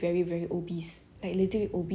but they are the same age